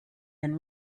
and